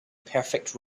perfect